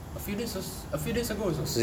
a few days als~ a few days ago also